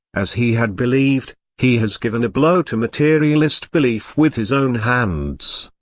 as he had believed, he has given a blow to materialist belief with his own hands.